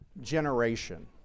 generation